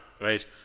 right